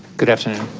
good afternoon